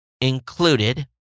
included